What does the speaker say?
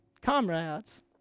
comrades